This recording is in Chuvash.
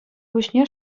пуҫне